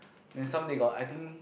then some they got I think